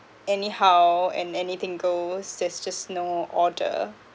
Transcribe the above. anyhow and anything goes there's just no order